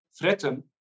threaten